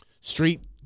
street